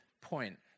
point